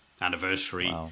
anniversary